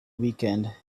weekend